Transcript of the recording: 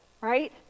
right